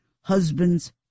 husband's